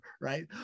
right